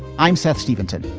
i'm seth stevenson.